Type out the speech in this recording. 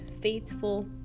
faithful